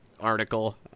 article